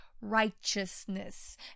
righteousness